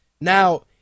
Now